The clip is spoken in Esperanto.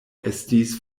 estis